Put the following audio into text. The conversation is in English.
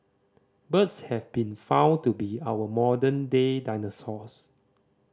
birds have been found to be our modern day dinosaurs